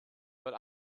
but